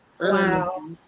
wow